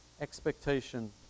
expectation